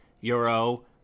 euro